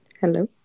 Hello